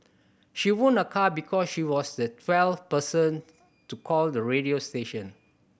she won a car because she was the twelfth person to call the radio station